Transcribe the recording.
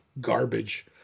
garbage